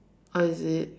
oh is it